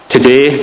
Today